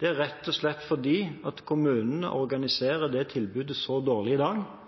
det er rett og slett fordi kommunen organiserer det tilbudet så dårlig i dag